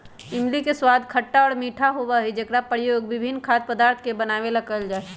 इमली के स्वाद खट्टा और मीठा होबा हई जेकरा प्रयोग विभिन्न खाद्य पदार्थ के बनावे ला कइल जाहई